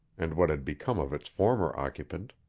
and what had become of its former occupant.